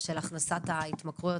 של הכנסת ההתמכרויות,